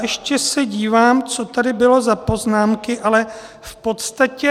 Ještě se dívám, co tady bylo za poznámky, ale v podstatě...